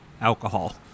alcohol